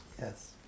Yes